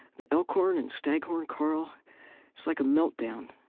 the elkhorn and staghorn coral it's like a meltdown.